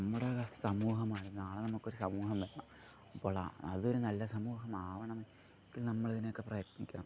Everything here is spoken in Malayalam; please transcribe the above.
നമ്മുടെ സമൂഹമാണ് നാളെ നമുക്ക് ഒരു സമൂഹം വേണം അപ്പോൾ ആ അതൊരു നല്ല സമൂഹം ആവണം എങ്കിൽ നമ്മൾ അതിനെയൊക്കെ പ്രയത്നിക്കണം